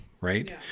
Right